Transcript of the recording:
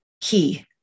Key